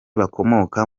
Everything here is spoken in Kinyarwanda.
bakomoka